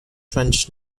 trench